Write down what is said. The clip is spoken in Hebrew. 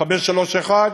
531,